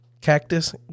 cactus